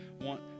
want